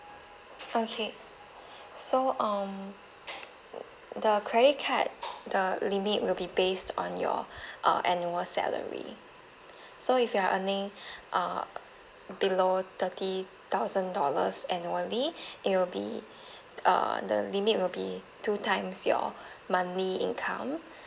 okay so um the credit card the limit will be based on your uh annual salary so if you are earning uh below thirty thousand dollars annually it will be uh the limit will be two times your monthly income